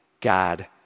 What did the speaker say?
God